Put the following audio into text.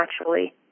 naturally